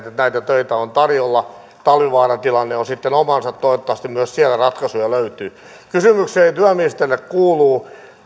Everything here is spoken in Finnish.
että näitä töitä on tarjolla talvivaaran tilanne on sitten omansa toivottavasti myös siellä ratkaisuja löytyy kysymykseni työministerille kuuluu